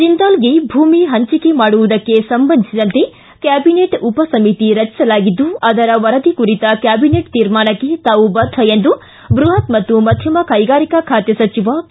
ಜಿಂದಾಲ್ ಗೆ ಭೂಮಿ ಹಂಚಿಕೆ ಮಾಡುವುದಕ್ಕೆ ಸಂಬಂಧಿಸಿದಂತೆ ಕ್ಯಾಬಿನೆಟ್ ಉಪಸಮಿತಿ ರಚಿಸಲಾಗಿದ್ದು ಅದರ ವರದಿ ಕುರಿತ ಕ್ಯಾಬಿನೆಟ್ ತೀರ್ಮಾನಕ್ಕೆ ತಾವು ಬದ್ದ ಎಂದು ಬೃಹತ್ ಮತ್ತು ಮಧ್ಯಮ ಕೈಗಾರಿಕಾ ಖಾತೆ ಸಚಿವ ಕೆ